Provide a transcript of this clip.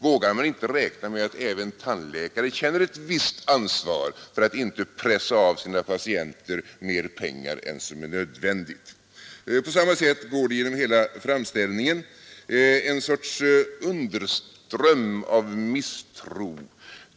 Vågar man inte räkna med att även tandläkare känner ett visst ansvar för att inte pressa av sina patienter mer pengar än som är nödvändigt? På samma sätt går det genom hela framställningen en sorts underström av misstro.